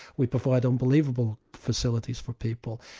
we provide unbelievable facilities for people.